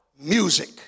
music